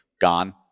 Gone